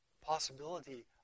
possibility